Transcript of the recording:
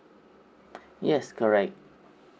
yes correct